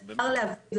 אז אפשר להביא את זה